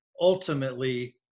ultimately